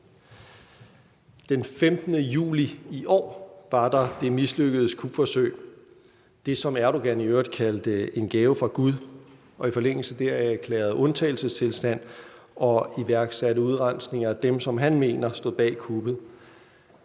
Den 15. juli i år var der det mislykkede kupforsøg, det, som Erdogan i øvrigt kaldte en gave fra Gud og i forlængelse deraf erklærede undtagelsestilstand og iværksatte udrensning af dem, som han mener stod bag kuppet.